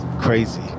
crazy